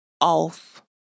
off